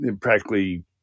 Practically